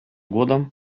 годом